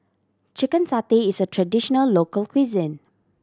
chicken satay is a traditional local cuisine